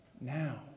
now